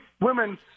women